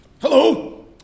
Hello